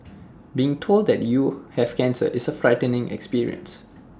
being told that you have cancer is A frightening experience